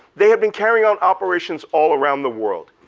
they had been carrying out operations all around the world.